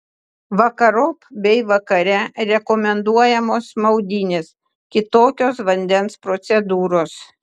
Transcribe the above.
vakarop bei vakare rekomenduojamos maudynės kitokios vandens procedūros